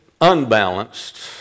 unbalanced